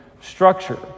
structure